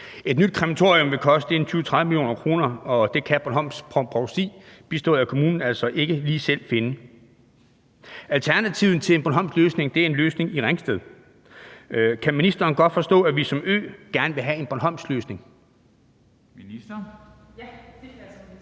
Et nyt krematorium vil koste 20-30 mio. kr., og de penge kan Bornholms Provsti bistået af kommunen altså ikke lige selv finde. Alternativet til en bornholmsk løsning er en løsning i Ringsted. Kan ministeren godt forstå, at vi som ø gerne vil have en bornholmsk løsning?